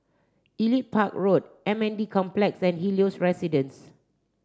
Elite Park Road M N D Complex and Helios Residences